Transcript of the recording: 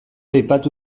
aipatu